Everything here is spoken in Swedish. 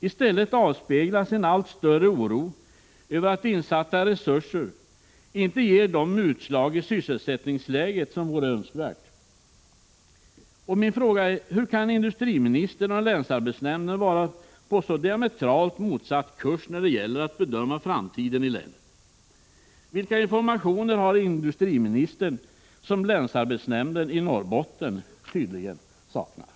I stället avspeglas en allt större oro över att insatta resurser inte ger de utslag i sysselsättningsläget som vore önskvärt. Min fråga är: Hur kan industriministern och länsarbetsnämnden vara på så diametralt motsatt kurs när det gäller att bedöma framtiden i länet? Vilka informationer har industriministern som länsarbetsnämnden i Norrbotten tydligen saknar?